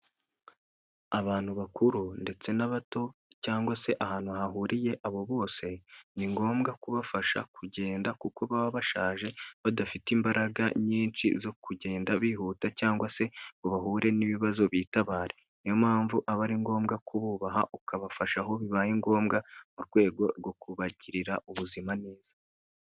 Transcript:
Abantu bakuru ndetse n'abato cyangwa se ahantu hahuriye abo bose, ni ngombwa kubafasha kugenda kuko baba bashaje badafite imbaraga nyinshi zo kugenda bihuta cyangwa se ngo bahure n'ibibazo bitabare, niyo mpamvu aba ari ngombwa kububaha ukabafasha aho bibaye ngombwa mu rwego rwo kubagirira ubuzima neza.